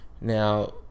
now